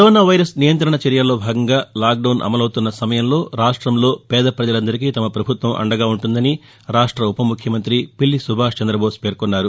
corona virus నియంత్రణ చర్యల్లో భాగంగా లాక్డౌన్ అమలవుతున్న సమయంలో రాష్టంలో పేద ప్రపజలందరికి తమ ప్రభుత్వం అండగా ఉంటుందని రాష్ట ఉప ముఖ్యమంతి పిల్లి సుభాష్ చంద్రబోస్ పేర్కొన్నారు